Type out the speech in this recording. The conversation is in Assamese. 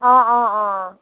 অঁ অঁ অঁ